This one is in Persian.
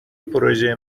پروژه